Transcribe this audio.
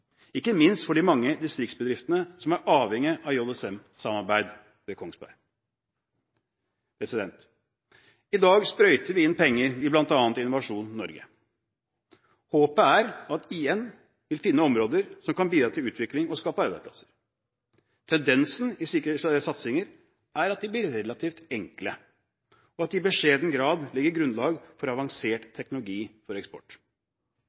ikke minst for de mange distriktsbedriftene som er avhengige av JSM-samarbeid med Kongsberg. I dag sprøyter vi inn penger i bl.a. Innovasjon Norge. Håpet er at IN vil finne områder som kan bidra til utvikling og skape arbeidsplasser. Tendensen i slike satsinger er at de blir relativt enkle, og at de i beskjeden grad legger grunnlag for avansert teknologi for eksport.